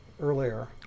earlier